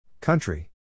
Country